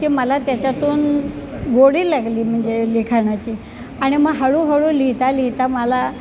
की मला त्याच्यातून गोडी लागली म्हणजे लिखाणाची आणि मग हळूहळू लिहिता लिहिता मला